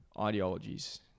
ideologies